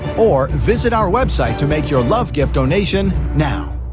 or visit our website to make your love gift donation now.